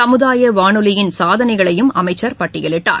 சமுதாய வானொலியின் சாதனைகளையும் அமைச்சர் பட்டியலிட்டார்